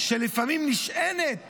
שלפעמים נשענת